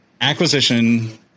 acquisition